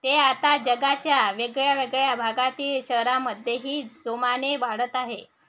ते आता जगाच्या वेगळ्या वेगळ्या भागातील शहरामध्येही जोमाने वाढत आहे